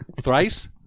Thrice